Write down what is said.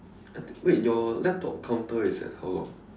wait your laptop counter is at how long